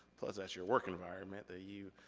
plus that's your work environment that you,